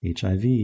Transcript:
HIV